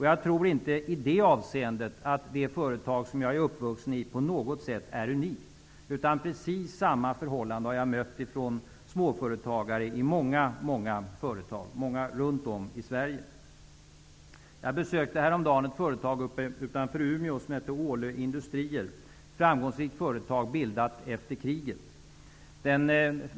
Jag tror inte att det företag som jag är uppvuxen med på något sätt är unikt. Jag har mött precis samma förhållanden hos många småföretag runt om i Sverige. Jag besökte häromdagen ett företag utanför Umeå som heter Ålö industrier. Det är ett framgångsrikt företag bildat efter kriget.